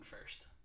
first